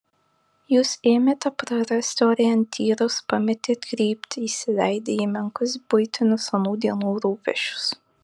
jūs ėmėte prarasti orientyrus pametėt kryptį įsileidę į menkus buitinius anų dienų rūpesčius